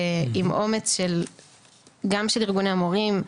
ועם אומץ גם של ארגוני המורים,